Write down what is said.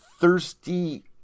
thirsty